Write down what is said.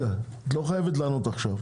את לא חייבת לענות עכשיו,